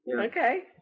Okay